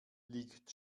liegt